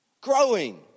growing